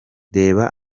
reba